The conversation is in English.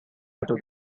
over